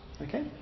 Okay